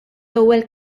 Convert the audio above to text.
ewwel